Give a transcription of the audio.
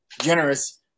generous